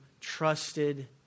trusted